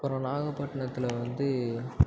அப்புறம் நாகப்பட்னத்தில் வந்து